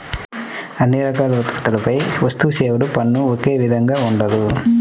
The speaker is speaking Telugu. అన్ని రకాల ఉత్పత్తులపై వస్తుసేవల పన్ను ఒకే విధంగా ఉండదు